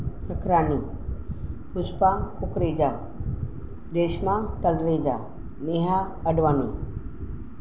Sakhrani Pushpa Kukreja Reshma Talreja Neha Advani